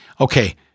Okay